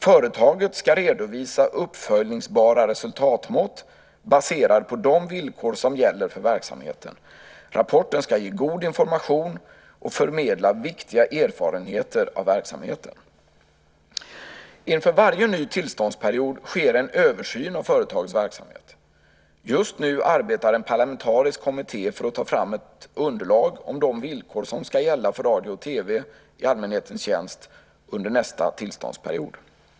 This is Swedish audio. Företaget ska redovisa uppföljningsbara resultatmått baserade på de villkor som gäller för verksamheten. Rapporten ska ge god information och förmedla viktiga erfarenheter av verksamheten. Inför varje ny tillståndsperiod sker en översyn av företagets verksamhet. Just nu arbetar en parlamentarisk kommitté för att ta fram ett underlag om de villkor som ska gälla för radio och TV i allmänhetens tjänst under nästa tillståndsperiod.